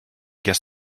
guess